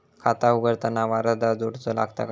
खाता उघडताना वारसदार जोडूचो लागता काय?